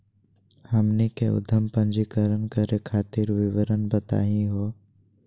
हमनी के उद्यम पंजीकरण करे खातीर विवरण बताही हो?